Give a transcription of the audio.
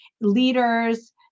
leaders